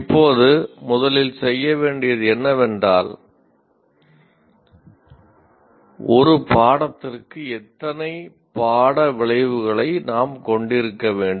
இப்போது முதலில் வேண்டியது என்னவென்றால் ஒரு பாடத்திற்கு எத்தனை பாட விளைவுகளை நாம் கொண்டிருக்க வேண்டும்